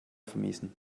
vermiesen